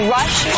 Rush